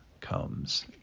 comes